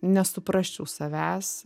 nesuprasčiau savęs